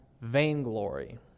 vainglory